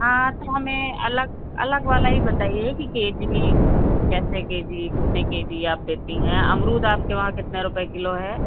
हाँ तो हमें अलग अलग वाला ही बताइए कि के जी कैसे के जी कितने के जी आप देती हैं अमरूद आपके वहाँ कितने रुपये किलो है